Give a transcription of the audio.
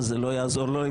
כך שלא יעזור לו.